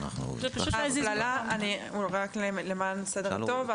למען הסדר הטוב,